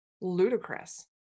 ludicrous